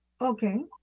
Okay